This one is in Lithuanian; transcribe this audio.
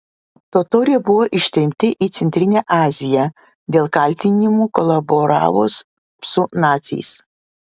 totoriai buvo ištremti į centrinę aziją dėl kaltinimų kolaboravus su naciais